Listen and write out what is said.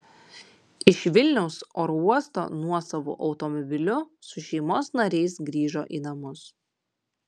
iš vilniaus oro uosto nuosavu automobiliu su šeimos nariais grįžo į namus